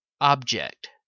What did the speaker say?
Object